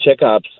checkups